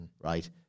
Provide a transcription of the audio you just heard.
right